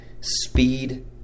speed